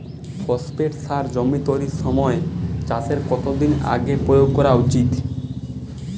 Phosphate সার জমি তৈরির সময় চাষের কত দিন আগে প্রয়োগ করা উচিৎ?